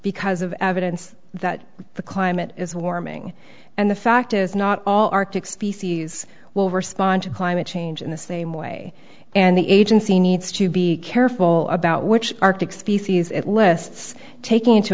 because of evidence that the climate is warming and the fact is not all arctic species will respond to climate change in the same way and the agency needs to be careful about which arctic species it less taking into